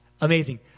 Amazing